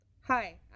hi